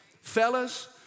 Fellas